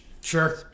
Sure